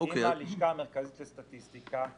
עם הלשכה המרכזית לסטטיסטיקה,